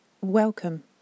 welcome